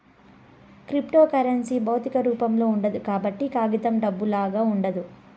cryptocurrency భౌతిక రూపంలో ఉండదు కాబట్టి కాగితం డబ్బులాగా ఉండదు